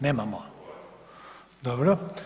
Nemamo, dobro.